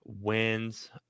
wins